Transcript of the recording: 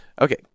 Okay